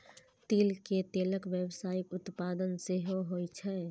तिल के तेलक व्यावसायिक उत्पादन सेहो होइ छै